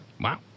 wow